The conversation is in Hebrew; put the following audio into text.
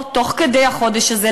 או תוך כדי החודש הזה,